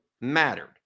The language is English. mattered